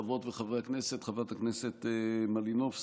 חברות וחברי כנסת, חברת הכנסת מלינובסקי,